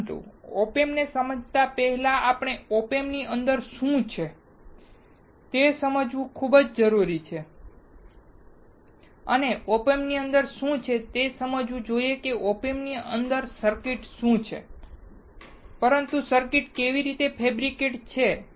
પરંતુ Op Amps ને સમજતા પહેલા આપણે Op Amps ની અંદર શું છે તે સમજવું જોઈએ અને Op Amps ની અંદર શું છે તે સમજવું જોઈએ કે Op Amps ની અંદર સર્કિટ શું છે પરંતુ સર્કિટ કેવી રીતે ફૅબ્રિકેટ છે